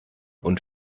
und